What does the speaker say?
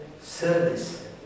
service